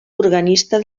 organista